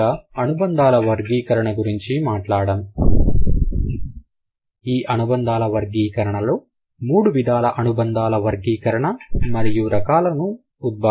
మొదటగా అనుబంధాల వర్గీకరణ గురించి మనం చర్చించాం ఈ అనుబంధాల వర్గీకరణలో మూడు విధాల అనుబంధాల వర్గీకరణ మరియు రకాలు ఉద్భవించాయి